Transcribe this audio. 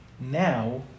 Now